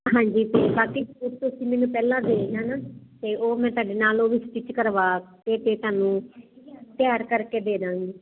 ਹਾਂਜੀ ਤੁਸੀਂ ਮੈਨੂੰ ਪਹਿਲਾਂ ਦੇ ਜਾਣਾ ਤੇ ਉਹ ਮੈਂ ਤੁਹਾਡੇ ਨਾਲ ਉਹ ਵੀ ਸਟਿਚ ਕਰਵਾ ਕੇ ਤੇ ਤੁਹਾਨੂੰ ਤਿਆਰ ਕਰਕੇ ਦੇ ਦਾਂਗੀ